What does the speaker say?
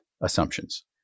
assumptions